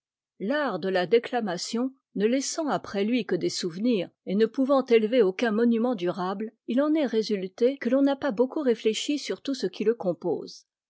l'art de la déclamation ne laissant après lui que des souvenirs et ne pouvant élever aucun monument durable il en est résulté que l'on n'a pas beaucoup réfléchi sur tout ce qui le compose